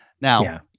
now